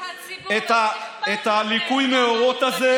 את ליקוי המאורות הזה.